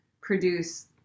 produce